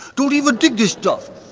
don't event dig this stuff.